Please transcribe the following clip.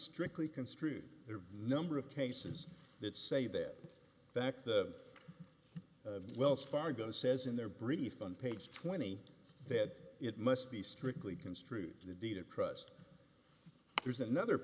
strictly construed in a number of cases that say that fact the wells fargo says in their brief on page twenty that it must be strictly construed as the deed of trust there's another